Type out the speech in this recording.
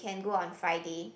go on Friday